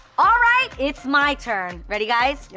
alright it's my turn, ready guys? yeah